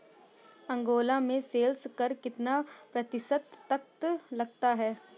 Angola में sales कर कितना प्रतिशत तक लगता है?